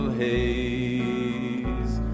haze